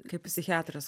kaip psichiatras